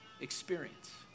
experience